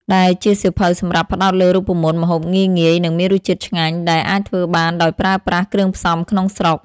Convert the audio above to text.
ដែលជាសៀវភៅសម្រាប់ផ្ដោតលើរូបមន្តម្ហូបងាយៗ និងមានរសជាតិឆ្ងាញ់ ដែលអាចធ្វើបានដោយប្រើប្រាស់គ្រឿងផ្សំក្នុងស្រុក។